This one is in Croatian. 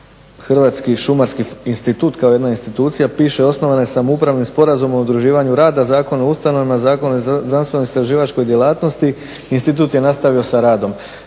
Hrvatski šumarski institut kao jedna institucija piše osnovana je samoupravnim sporazumom o udruživanju rada, Zakon o znanstveno istraživačkoj djelatnosti. Institut je nastavio sa radom.